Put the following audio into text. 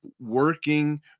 working